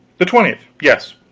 the twentieth yes.